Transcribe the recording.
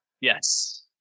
Yes